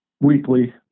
weekly